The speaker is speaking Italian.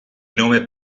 nome